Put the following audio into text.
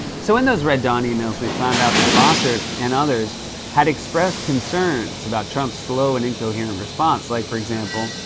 so, in those red dawn e-mails, we found out that bossert and others had expressed concerns about trump's slow and incoherent response, like for example,